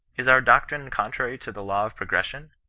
is our doctrine contrary to the law of progression?